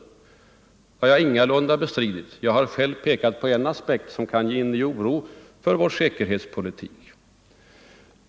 Det har jag ingalunda bestridit. Jag har själv pekat på en aspekt som kan inge oro för vår säkerhetspolitik.